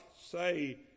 say